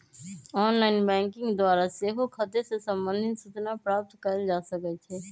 online banking द्वारा सेहो खते से संबंधित सूचना प्राप्त कएल जा सकइ छै